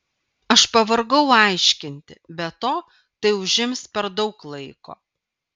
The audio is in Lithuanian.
aš pavargau aiškinti be to tai užims per daug laiko